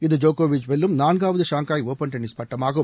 இது ஜோக்கோவிச் வெல்லும் நான்காவது ஷாங்காய் ஒப்பன் டென்னிஸ் பட்டமாகும்